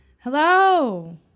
Hello